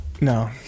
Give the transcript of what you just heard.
No